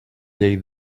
llei